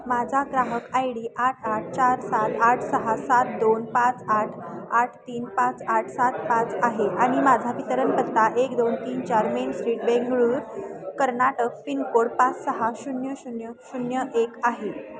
माझा ग्राहक I D आठ आठ चार सात आठ सहा सात दोन पाच आठ आठ तीन पाच आठ सात पाच आहे आणि माझा वितरण पत्ता एक दोन तीन चार main street Bengaluru Karnataka pin code पाच सहा शून्य शून्य शून्य एक आहे